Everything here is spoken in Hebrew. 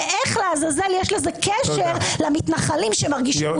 ואיך לעזאזל יש לזה קשר למתנחלים שמרגישים מודרים?